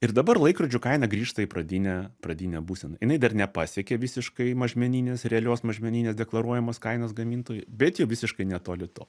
ir dabar laikrodžių kaina grįžta į pradinę pradinę būseną jinai dar nepasiekė visiškai mažmeninės realios mažmeninės deklaruojamos kainos gamintojui bet jau visiškai netoli to